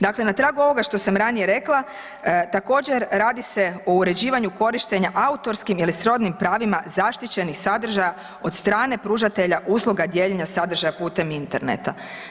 Dakle, na trahu ovoga što sam ranije rekla, također radi se o uređivanju korištenja autorskim ili srodnim pravima zaštićenih sadržaja od strane pružatelja usluga dijeljenja sadržaja putem interneta.